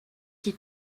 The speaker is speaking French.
qui